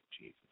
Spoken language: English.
Jesus